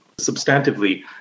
substantively